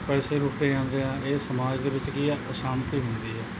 ਪੈਸੇ ਲੁੱਟੇ ਜਾਂਦੇ ਹੈ ਇਹ ਸਮਾਜ ਦੇ ਵਿੱਚ ਕੀ ਹੈ ਅਸ਼ਾਂਤੀ ਹੁੰਦੀ ਹੈ